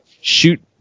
shoot